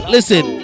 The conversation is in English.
Listen